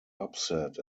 upset